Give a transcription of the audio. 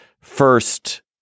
First